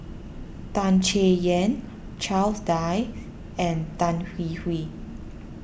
Tan Chay Yan Charles Dyce and Tan Hwee Hwee